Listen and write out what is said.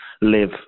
live